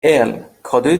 الکادوی